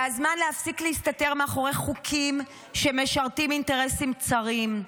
זה הזמן להפסיק להסתתר מאחורי חוקים שמשרתים אינטרסים צרים.